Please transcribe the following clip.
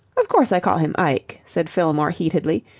of course i call him ike, said fillmore heatedly.